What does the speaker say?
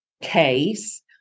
case